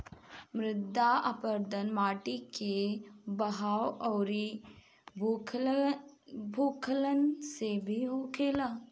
मृदा अपरदन माटी के बहाव अउरी भूखलन से भी होखेला